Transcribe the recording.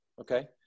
Okay